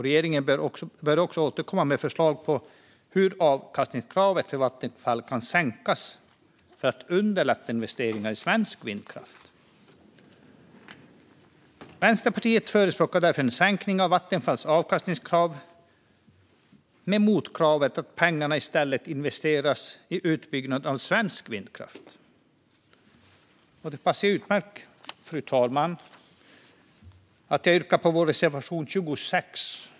Regeringen bör också återkomma med förslag på hur avkastningskravet för Vattenfall kan sänkas för att underlätta investeringar i svensk vindkraft. Vänsterpartiet förespråkar därför en sänkning av Vattenfalls avkastningskrav med motkravet att pengarna i stället investeras i utbyggnaden av svensk vindkraft. Det passar utmärkt, fru talman, att jag yrkar bifall till vår reservation 26.